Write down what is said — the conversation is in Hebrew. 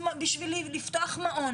בשביל לפתוח מעון.